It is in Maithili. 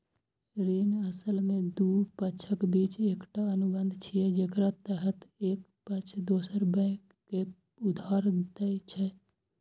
ऋण असल मे दू पक्षक बीच एकटा अनुबंध छियै, जेकरा तहत एक पक्ष दोसर कें पैसा उधार दै छै